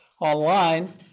online